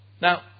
Now